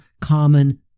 common